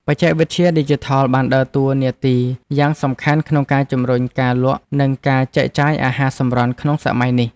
បច្ចេកវិទ្យាឌីជីថលបានដើរតួនាទីយ៉ាងសំខាន់ក្នុងការជំរុញការលក់និងការចែកចាយអាហារសម្រន់ក្នុងសម័យនេះ។